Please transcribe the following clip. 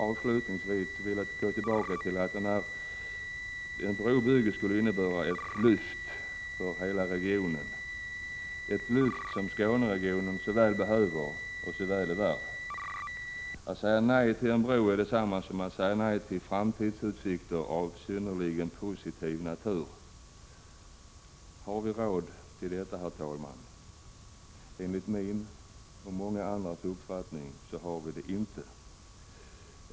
Avslutningsvis vill jag återkomma till att ett brobygge skulle innebära ett lyft för hela regionen, ett lyft som Skåneregionen så väl behöver och är värd. Att säga nej till en bro är detsamma som att säga nej till framtidsutsikter av synnerligen positiv natur. Har vi råd till detta? Enligt min och många andras uppfattning har vi det inte.